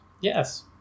Yes